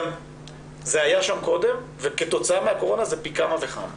זה היה שם קודם וכתוצאה מהקורונה זה פי כמה וכמה.